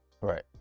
Right